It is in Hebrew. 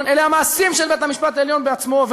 אלה המעשים של בית-המשפט העליון בעצמו,